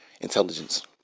intelligence